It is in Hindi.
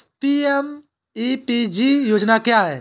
पी.एम.ई.पी.जी योजना क्या है?